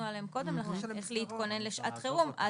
שדיברנו עליהן קודם לכן, איך להתכונן לשעת חירום,